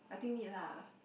I think need lah